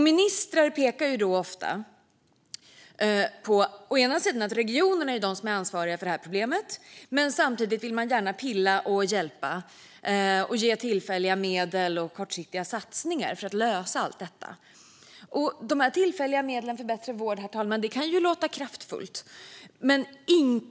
Ministrar pekar ofta på att det är regionerna som är ansvariga för det här problemet, men samtidigt vill man gärna pilla och hjälpa, ge tillfälliga medel och göra kortsiktiga satsningar för att lösa allt detta. Tillfälliga medel för bättre vård kan ju låta kraftfullt, herr talman.